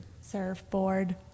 Surfboard